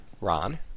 Ron